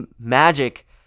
magic